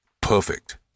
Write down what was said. perfect